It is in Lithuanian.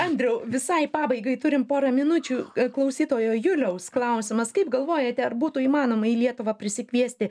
andriau visai pabaigai turim porą minučių klausytojo juliaus klausimas kaip galvojate ar būtų įmanoma į lietuvą prisikviesti